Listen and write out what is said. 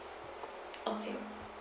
okay